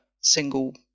single